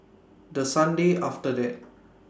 The Sunday after that